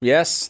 Yes